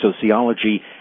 sociology